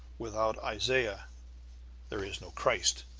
without isaiah there is no christ.